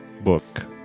book